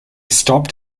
stopped